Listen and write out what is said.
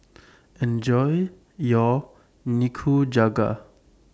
Enjoy your Nikujaga